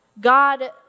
God